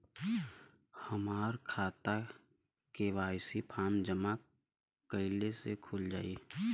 हमार खाता KYC form जमा कइले से खुल जाई?